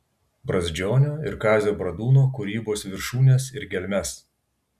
brazdžionio ir kazio bradūno kūrybos viršūnes ir gelmes